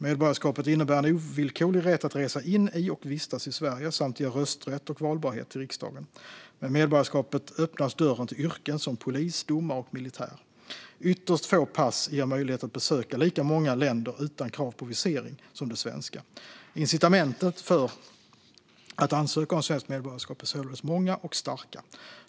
Medborgarskapet innebär en ovillkorlig rätt att resa in i och vistas i Sverige samt ger rösträtt och valbarhet till riksdagen. Med medborgarskapet öppnas dörren till yrken som polis, domare och militär. Ytterst få pass ger möjlighet att besöka lika många länder utan krav på visering som det svenska. Incitamenten för att ansöka om svenskt medborgarskap är således många och starka.